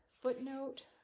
footnote